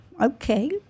okay